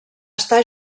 està